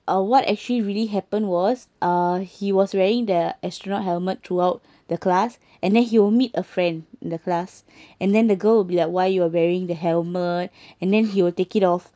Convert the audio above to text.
uh what actually really happened was uh he was wearing the astronaut helmet throughout the class and then he will meet a friend in the class and then the girl be like why you're wearing the helmet and then he will take it off